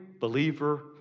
believer